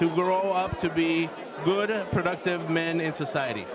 to grow up to be good productive men in society